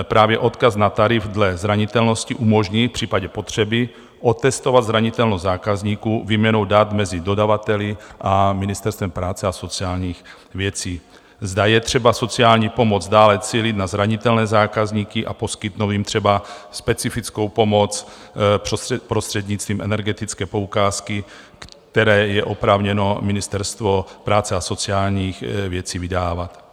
Právě odkaz na tarif dle zranitelnosti umožní v případě potřeby otestovat zranitelnost zákazníků výměnou dat mezi dodavateli a Ministerstvem práce a sociálních věcí, zda je třeba sociální pomoc dále cílit na zranitelné zákazníky a poskytnout jim třeba specifickou pomoc prostřednictvím energetické poukázky, kterou je oprávněno Ministerstvo práce a sociálních věcí vydávat.